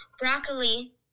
Broccoli